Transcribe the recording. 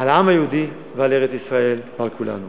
על העם היהודי, ועל ארץ-ישראל, ועל כולנו.